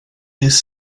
these